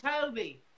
Toby